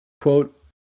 Quote